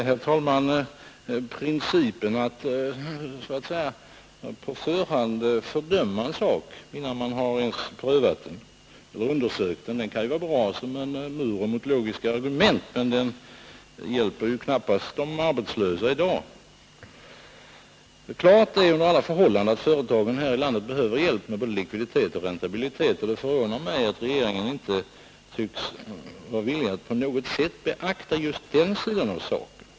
Herr talman! Principen att så att säga på förhand fördöma en sak innan man ens har prövat eller undersökt den kan vara bra som en mur mot logiska argument, men den hjälper knappast de arbetslösa i dag. Klart är under alla förhållanden att företagarna här i landet behöver hjälp med både likviditet och räntabilitet, och det förvånar mig att regeringen inte tycks vara villig att på något sätt beakta just den sidan av saken.